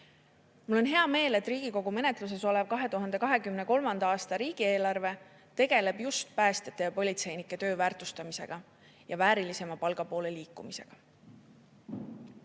Mul on hea meel, et Riigikogu menetluses olev 2023. aasta riigieelarve tegeleb just päästjate ja politseinike töö väärtustamisega ja väärilisema palga poole liikumisega. Kokkuvõttes,